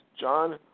John